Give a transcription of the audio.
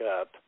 up